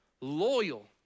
Loyal